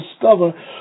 discover